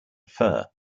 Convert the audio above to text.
fur